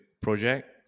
project